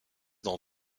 dans